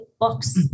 books